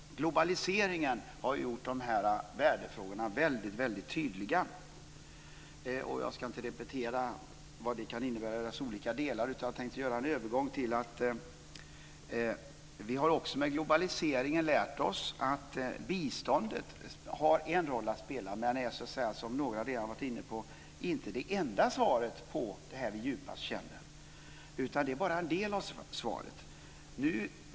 Globaliseringen har gjort dessa värdefrågor väldigt tydliga. Jag ska inte repetera vad det kan innebära, utan jag tänkte göra en övergång och säga att vi med globaliseringen har lärt oss att biståndet har en roll att spela, men att det, som några redan har varit inne på, inte är det enda svaret på det vi djupast känner. Det är bara en del av svaret.